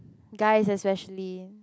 guy especially